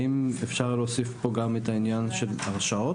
האם אפשר להוסיף פה גם את העניין של הרשעות,